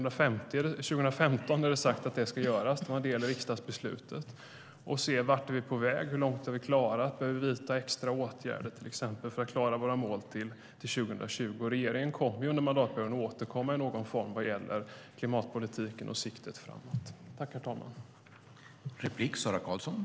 År 2015 är det sagt att det ska göras när det gäller riksdagsbeslutet för att se vart vi är på väg, hur långt vi har kommit och om vi behöver vidta extra åtgärder för att klara våra mål till 2020. Regeringen kommer under mandatperioden att återkomma i någon form vad gäller klimatpolitik och siktet framåt.